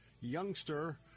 youngster